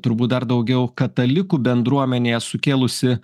turbūt dar daugiau katalikų bendruomenėje sukėlusi